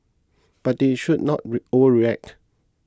but they should not re overreact